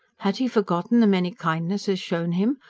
had he forgotten the many kindnesses shown him,